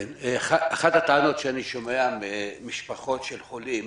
אחת הטענות שאני שומע ממשפחות של חולים